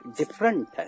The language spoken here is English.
different